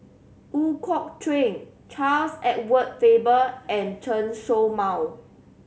Ooi Kok Chuen Charles Edward Faber and Chen Show Mao